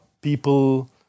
people